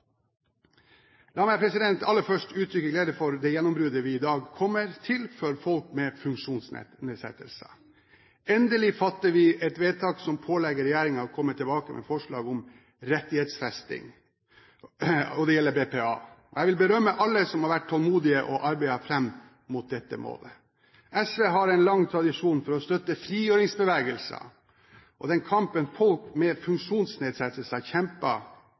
La meg aller først uttrykke glede for det gjennombruddet vi i dag kommer til for folk med funksjonsnedsettelser. Endelig fatter vi et vedtak som pålegger regjeringen å komme tilbake med forslag om rettighetsfesting, og det gjelder BPA, ordningen med brukerstyrt personlig assistent. Jeg vil berømme alle som har vært tålmodige og arbeidet fram mot dette målet. SV har en lang tradisjon for å støtte frigjøringsbevegelser, og den kampen folk med funksjonsnedsettelser kjemper,